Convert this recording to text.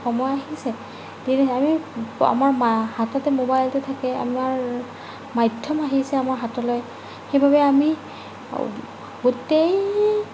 সময় আহিছে আমি হাততে মোবাইলটো থাকে আমাৰ মাধ্যম আহিছে আমাৰ হাতলৈ সেইবাবে আমি গোটেই